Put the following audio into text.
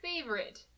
favorite